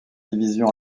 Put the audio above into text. division